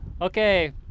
okay